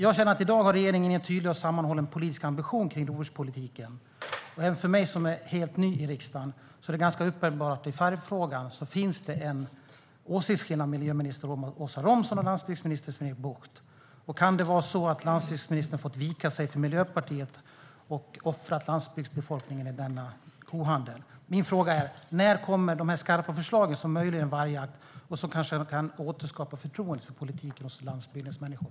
Jag känner att regeringen i dag har en tydlig och sammanhållen politisk ambition kring rovdjurspolitiken, men för mig som är helt ny i riksdagen är det ganska uppenbart att det i vargfrågan finns en åsiktsskillnad mellan miljöminister Åsa Romson och landsbygdsminister Sven-Erik Bucht. Kan det vara så att landsbygdsministern har fått vika sig för Miljöpartiet och offra landsbygdsbefolkningen i denna kohandel? Min fråga är: När kommer de skarpa förslag som möjliggör en vargjakt och kanske kan återskapa förtroendet för politiken hos landsbygdens människor?